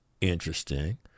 Interesting